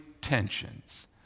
tensions